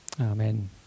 Amen